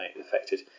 affected